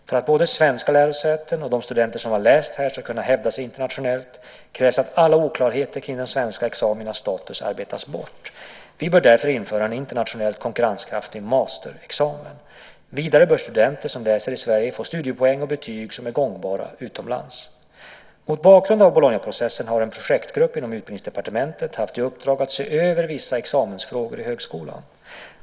För att både svenska lärosäten och de studenter som har läst här ska kunna hävda sig internationellt, krävs att alla oklarheter kring de svenska examinas status arbetas bort. Vi bör därför införa en internationellt konkurrenskraftig masterexamen. Vidare bör studenter som läser i Sverige få studiepoäng och betyg som är gångbara utomlands. Mot bakgrund av Bolognaprocessen har en projektgrupp inom Utbildningsdepartementet haft i uppdrag att se över vissa examensfrågor i högskolan.